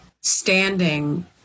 standing